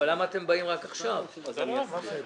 בסדר.